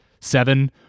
seven